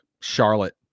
Charlotte